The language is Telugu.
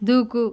దూకు